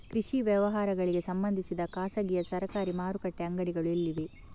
ಕೃಷಿ ವ್ಯವಹಾರಗಳಿಗೆ ಸಂಬಂಧಿಸಿದ ಖಾಸಗಿಯಾ ಸರಕಾರಿ ಮಾರುಕಟ್ಟೆ ಅಂಗಡಿಗಳು ಎಲ್ಲಿವೆ?